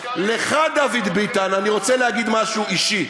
הסקרים, לך, דוד ביטן, אני רוצה להגיד משהו אישי: